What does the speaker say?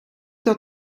der